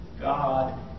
God